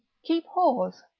keep whores,